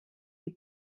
die